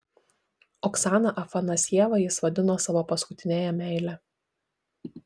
oksaną afanasjevą jis vadino savo paskutiniąja meile